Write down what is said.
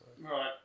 Right